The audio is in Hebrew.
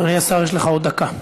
אדוני השר, יש לך עוד דקה.